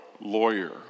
lawyer